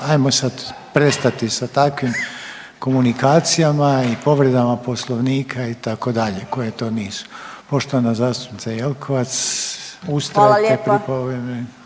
ajmo sad prestati sa takvim komunikacijama i povredama Poslovnika itd. koje to nisu. Poštovana zastupnica Jeklovac, ustrajete pri povredi